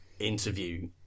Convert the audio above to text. Interview